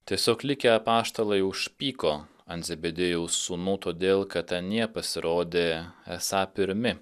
tiesiog likę apaštalai užpyko ant zebediejaus sūnų todėl kad anie pasirodė esą pirmi